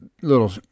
Little